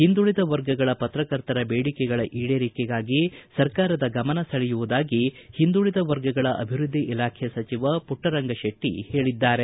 ಒಂದುಳಿದ ವರ್ಗಗಳ ಪತ್ರಕರ್ತರ ಬೇಡಿಕೆಗಳ ಈಡೇರಿಕೆಗಾಗಿ ಸರಕಾರದ ಗಮನ ಸೆಳೆಯುವುದಾಗಿ ಹಿಂದುಳಿದ ವರ್ಗಗಳ ಅಭಿವೃದ್ಧಿ ಇಲಾಖೆ ಸಚಿವ ಪುಟ್ಟ ರಂಗಶೆಟ್ಟಿ ಹೇಳದ್ದಾರೆ